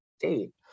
date